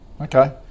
Okay